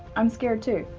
um scared too,